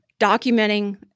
documenting